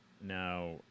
now